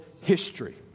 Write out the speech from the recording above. history